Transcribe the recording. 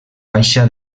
baixa